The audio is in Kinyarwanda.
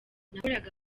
nakoraga